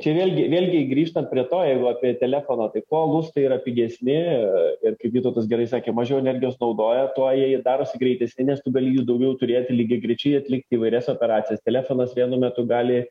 čia vėlgi vėlgi grįžtant prie to jeigu apie telefoną kuo lustai yra pigesni ir kaip vytautas gerai sakė mažiau energijos naudoja tuo jie ir darosi greitesni nes tu gali jų daugiau turėti lygiagrečiai atlikti įvairias operacijas telefonas vienu metu gali